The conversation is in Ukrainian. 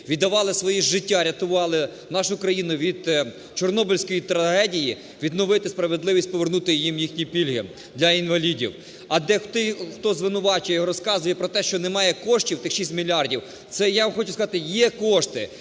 віддавали своє життя, рятували нашу країну від Чорнобильської трагедії, відновити справедливість, повернути їм їхні пільги для інвалідів. А для тих, хто звинувачує і розказує про те, що немає коштів, тих 6 мільярдів, я вам хочу сказати, є кошти,